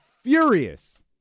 furious